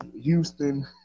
Houston